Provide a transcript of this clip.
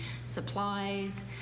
supplies